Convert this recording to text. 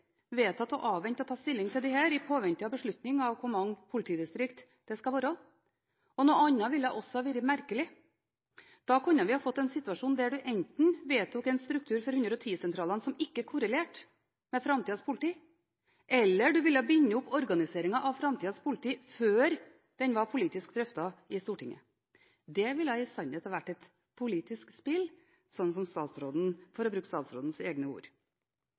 vedtatt å avvente å ta stilling til dette i påvente av en beslutning om hvor mange politidistrikter det skal være. Noe annet ville også vært merkelig. Da kunne vi fått en situasjon der vi enten vedtok en struktur for 110-sentralene som ikke korrelerte med framtidas politi, eller en ville ha bundet opp organiseringen av framtidas politi før den var politisk drøftet i Stortinget. Det ville i sannhet hadde vært et «politisk spill», for å bruke statsrådens egne ord.